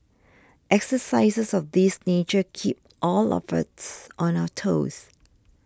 exercises of this nature keep all of us on our toes